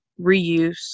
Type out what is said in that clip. reuse